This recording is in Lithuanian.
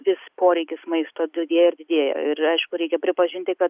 vis poreikis maisto didėja ir didėja ir aišku reikia pripažinti kad